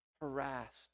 harassed